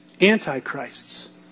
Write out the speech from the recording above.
antichrists